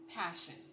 passion